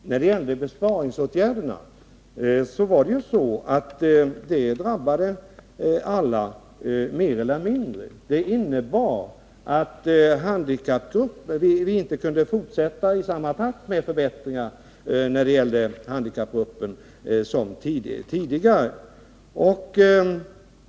Herr talman! När det gällde besparingsåtgärderna var det ju så, att de drabbade alla mer eller mindre. Det innebar att vi inte i samma takt som tidigare kunde fortsätta med förbättringar för handikappgruppen.